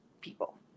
people